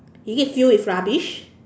is it filled with rubbish